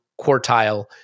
quartile